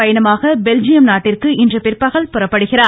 பயணமாக பெல்ஜியம் நாட்டிற்கு இன்று பிற்பகல் புறப்படுகிறார்